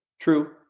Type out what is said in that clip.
True